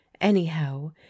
anyhow